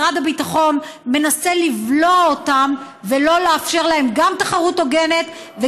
משרד הביטחון מנסה לבלוע אותם ולא לאפשר להם תחרות הוגנת,